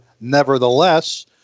nevertheless